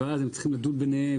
צריכים לדון ביניהם,